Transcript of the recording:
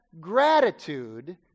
gratitude